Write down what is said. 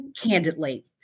Candidly